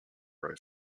row